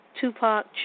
Tupac